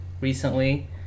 recently